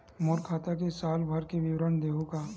मोर खाता के साल भर के विवरण देहू का?